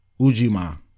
Ujima